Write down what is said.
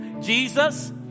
Jesus